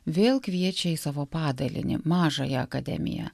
vėl kviečia į savo padalinį mažąją akademiją